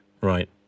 Right